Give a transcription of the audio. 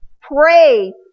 pray